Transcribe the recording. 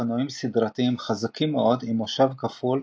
אופנועים סדרתיים חזקים מאוד עם מושב כפול,